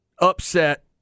upset